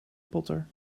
potter